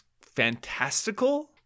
fantastical